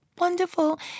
wonderful